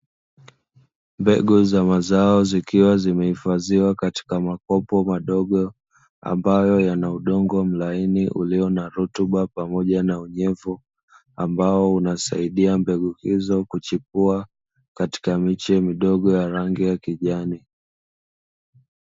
Mbegu za mazao zikiwa zimehifadhiwa katika makopo madogo, ambayo yana udongo mlaini uliyo na rutuba pamoja na unyevu ambao, unasaidia mbegu hizo kuchipua katika miche midogo ya rangi ya kijani.